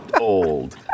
old